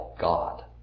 God